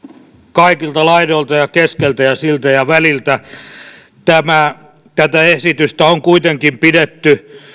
kaikilta laidoilta ja keskeltä ja siltä väliltä tätä esitystä on kuitenkin pidetty